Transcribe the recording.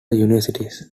universities